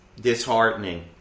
disheartening